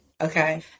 okay